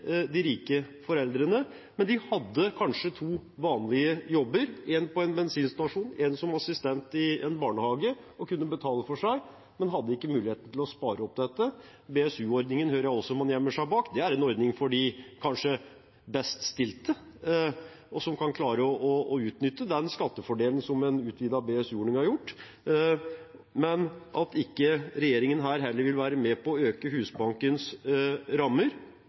rike foreldre. De hadde kanskje to vanlige jobber, én på en bensinstasjon og én som assistent i en barnehage. De kunne betale for seg, men hadde ikke mulighet til å spare opp dette. BSU-ordningen hører jeg også at man gjemmer seg bak. Det er en ordning for dem som kanskje er best stilt, og som kan klare å utnytte skattefordelen som en utvidet BSU-ordning har gitt. At regjeringen heller ikke her vil være med på å øke Husbankens rammer,